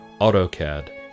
AutoCAD